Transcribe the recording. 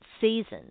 season